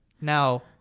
Now